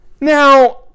Now